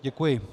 Děkuji.